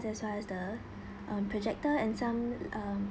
as well as the um projectors and some um